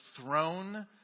throne